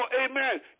amen